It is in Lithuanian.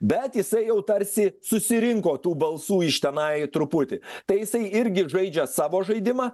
bet jisai jau tarsi susirinko tų balsų iš tenai truputį tai jisai irgi žaidžia savo žaidimą